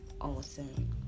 awesome